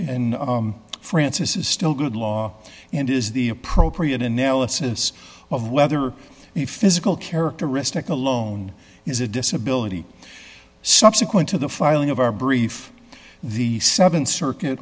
and frances is still good law and is the appropriate analysis of whether the physical characteristic alone is a disability subsequent to the filing of our brief the th circuit